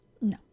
No